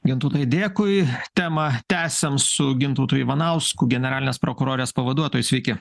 gintautai dėkui temą tęsiam su gintautu ivanausku generalinės prokurorės pavaduotoju sveiki